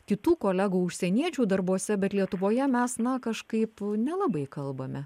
kitų kolegų užsieniečių darbuose bet lietuvoje mes na kažkaip nelabai kalbame